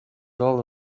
all